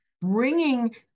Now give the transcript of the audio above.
bringing